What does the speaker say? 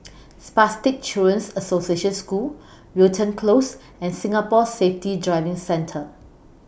Spastic Children's Association School Wilton Close and Singapore Safety Driving Centre